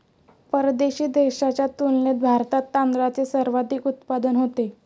परदेशी देशांच्या तुलनेत भारतात तांदळाचे सर्वाधिक उत्पादन होते